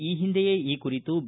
ಈ ಹಿಂದೆಯೇ ಈ ಕುರಿತು ಬಿ